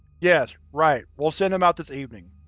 yes, right, we'll send him out this evening.